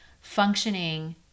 functioning